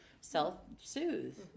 self-soothe